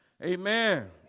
Amen